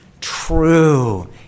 true